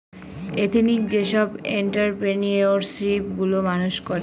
ethnic যেসব entrepreneurship গুলো মানুষ করে